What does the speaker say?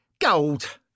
Gold